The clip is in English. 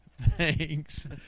Thanks